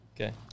Okay